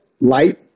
light